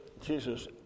Jesus